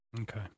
Okay